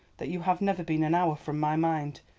that you have never been an hour from my mind,